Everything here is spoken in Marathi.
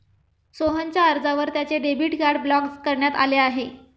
सोहनच्या अर्जावर त्याचे डेबिट कार्ड ब्लॉक करण्यात आले आहे